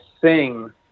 sing